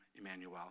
Emmanuel